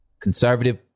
Conservative